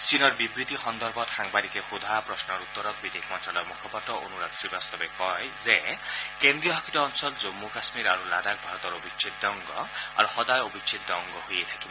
চীনৰ বিবৃতি সন্দৰ্ভত সাংবাদিকে সোধা প্ৰশ্নৰ উত্তৰত বিদেশ মন্ত্ৰালয়ৰ মুখপাত্ৰ অনুৰাগ শ্ৰীবাস্তৱে কয় যে কেন্দ্ৰীয়শাসিত অঞ্চল জম্মু কাম্মীৰ আৰু লাডাখ ভাৰতৰ অবিছেদ্য অংগ আৰু সদায় অবিচ্ছেদ্য অংগ হৈয়েই থাকিব